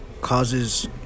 causes